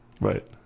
right